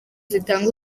zitanga